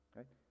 Right